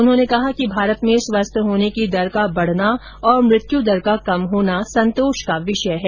उन्होंने कहा कि भारत में स्वस्थ होने की दर का बढना और मृत्यु दर का कम होना संतोष का विषय है